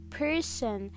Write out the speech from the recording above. person